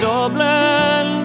Dublin